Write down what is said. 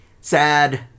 Sad